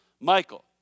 Michael